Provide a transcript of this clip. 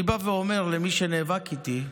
אני בא ואומר למי שנאבק איתי,